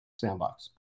sandbox